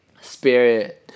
spirit